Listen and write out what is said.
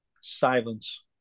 Silence